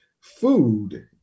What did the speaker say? food